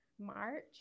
March